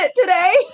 today